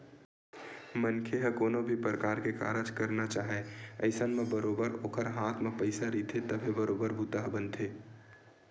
मनखे ह कोनो भी परकार के कारज करना चाहय अइसन म बरोबर ओखर हाथ म पइसा रहिथे तभे बरोबर बूता ह बनथे